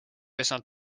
esmalt